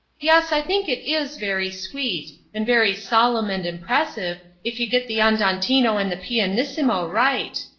yes, i think it is very sweet and very solemn and impressive, if you get the andantino and the pianissimo right.